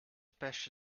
perste